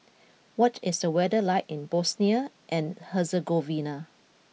what is the weather like in Bosnia and Herzegovina